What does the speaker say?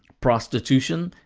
prostitution,